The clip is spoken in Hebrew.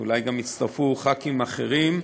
ואולי הצטרפו גם חברי כנסת אחרים.